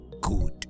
good